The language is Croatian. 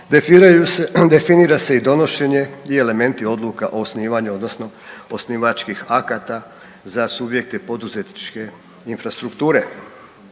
definira se i donošenje i elementi odluka o osnivanju, odnosno osnivačkih akata za subjekte poduzetničke infrastrukture.